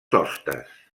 hostes